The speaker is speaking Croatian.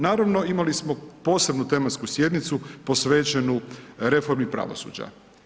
Naravno imali smo posebnu tematsku sjednicu posvećenu reformi pravosuđa.